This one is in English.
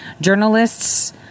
journalists